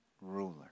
ruler